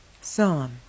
Psalm